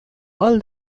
all